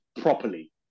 properly